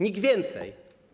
Nic więcej.